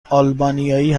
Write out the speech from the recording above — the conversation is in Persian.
آلبانیایی